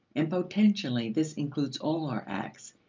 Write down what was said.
and potentially this includes all our acts,